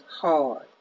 hard